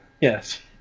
Yes